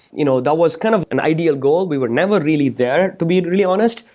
you know that was kind of an ideal goal. we were never really there to be really honest,